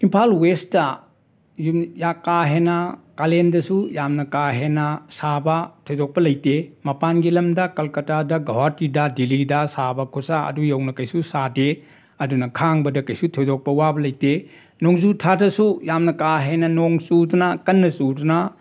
Imphal West ꯌꯥ ꯀꯥ ꯍꯦꯟꯅ ꯀꯥꯂꯦꯟꯗꯁꯨ ꯌꯥꯝꯅ ꯀꯥ ꯍꯦꯟꯅ ꯁꯥꯕ ꯊꯣꯏꯗꯣꯛꯄ ꯂꯩꯇꯦ ꯃꯄꯥꯟꯒꯤ ꯂꯝꯗ ꯀꯜꯀꯇꯥꯗ ꯒꯧꯍꯥꯖꯤꯗ ꯗꯤꯂꯤꯗ ꯁꯥꯕ ꯈꯨꯁꯥ ꯑꯗꯨ ꯌꯧꯅ ꯀꯩꯁꯨ ꯁꯥꯗꯦ ꯑꯗꯨꯅ ꯈꯥꯡꯕꯗ ꯀꯩꯁꯨ ꯊꯣꯏꯗꯣꯛꯄ ꯋꯥꯕ ꯂꯩꯇꯦ ꯅꯣꯡꯖꯨꯊꯥꯗꯁꯨ ꯌꯥꯝꯅ ꯀꯥ ꯍꯦꯟꯅ ꯅꯣꯡ ꯆꯨꯗꯨꯅ ꯀꯟꯅ ꯆꯨꯗꯨꯅ